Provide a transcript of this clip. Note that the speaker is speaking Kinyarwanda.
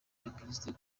abakristo